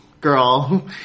girl